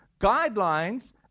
guidelines